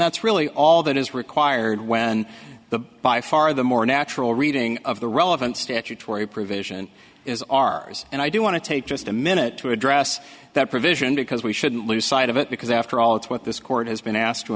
that's really all that is required when the by far the more natural reading of the relevant statutory provision is ours and i do want to take just a minute to address that provision because we shouldn't lose sight of it because after all that's what this court has been asked to